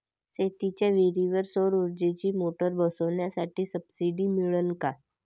शेतीच्या विहीरीवर सौर ऊर्जेची मोटार बसवासाठी सबसीडी मिळन का?